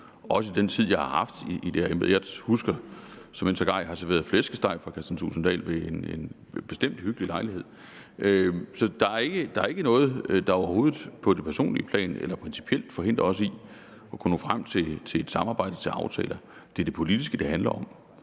bare i den tid, jeg har haft i det her embede. Jeg husker, at jeg sågar har serveret flæskesteg for hr. Kristian Thulesen Dahl ved en meget hyggelig lejlighed. Så der er overhovedet ikke noget, der på det personlige plan eller principielt forhindrer os i at nå frem til et samarbejde om aftaler. Det er det politiske, det handler om,